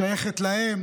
שייכים להם